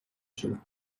شدم